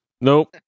Nope